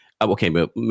Okay